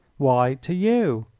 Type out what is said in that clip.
why, to you.